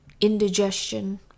indigestion